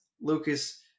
Lucas